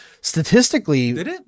statistically